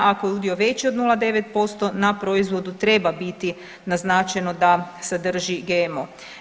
Ako je udio veći od 0,9% na proizvodu treba biti naznačeno da sadrži GMO.